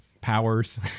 powers